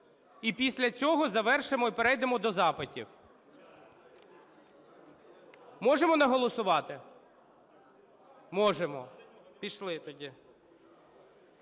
і після цього завершимо і перейдемо до запитів. Можемо не голосувати? Можемо. Пішли тоді.